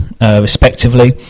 respectively